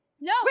No